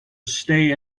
stay